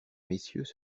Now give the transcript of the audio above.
messieurs